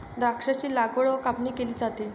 द्राक्षांची लागवड व कापणी केली जाते